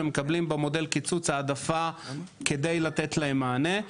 הם מקבלים במודל הקיצוץ העדפה כדי לתת להם מענה.